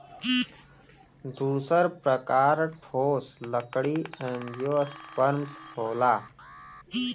दूसर प्रकार ठोस लकड़ी एंजियोस्पर्म होला